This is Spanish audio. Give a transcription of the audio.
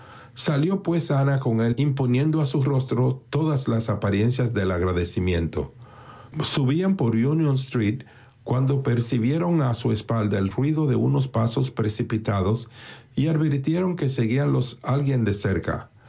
salió pues ana con él imponiendo a su rostro todas las apariencias del agradecimiento subían por unión street cuando percibieron a su espalda el ruido de unos pasos precipitados y advirtieron que seguíalos alguien de cerca